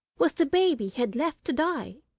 was the baby he had left to die,